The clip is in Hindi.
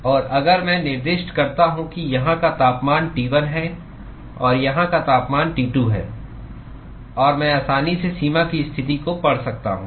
और अगर मैं निर्दिष्ट करता हूं कि यहां का तापमान T1 है और यहां का तापमान T2 है और मैं आसानी से सीमा की स्थिति को पढ़ सकता हूं